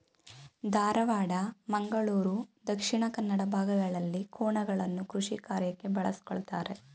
ಧಾರವಾಡ, ಮಂಗಳೂರು ದಕ್ಷಿಣ ಕನ್ನಡ ಭಾಗಗಳಲ್ಲಿ ಕೋಣಗಳನ್ನು ಕೃಷಿಕಾರ್ಯಕ್ಕೆ ಬಳಸ್ಕೊಳತರೆ